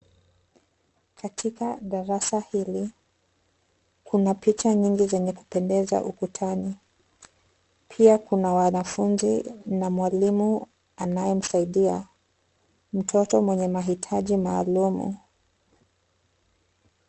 Katika darasa hili, kuna picha nyingi zenye kupendeza kupendeza ukutani. Pia kuna wanafunzi na mwalimu anayemsaidia mtoto mwenye mahitaji maalumu.